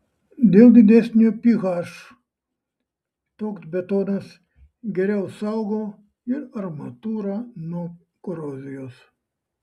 dėl didesnio ph toks betonas geriau saugo ir armatūrą nuo korozijos